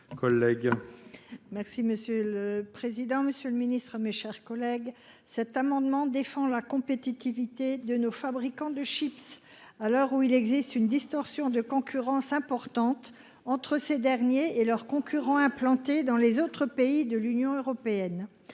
Monsieur le président, monsieur le ministre, mes chers collègues,